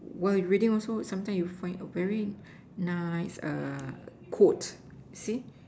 while you reading also sometimes you find a very nice err quote see